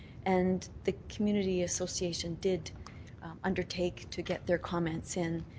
and the community association did undertake to get their comments in